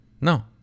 No